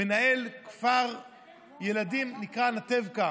מנהל כפר ילדים שנקרא אנטבקה